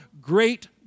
great